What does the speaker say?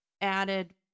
added